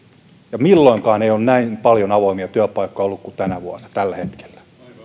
ja milloinkaan ei ole näin paljon avoimia työpaikkoja ollut kuin tänä vuonna tällä hetkellä